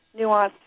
nuanced